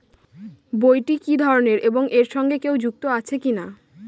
বইটি কি ধরনের এবং এর সঙ্গে কেউ যুক্ত আছে কিনা?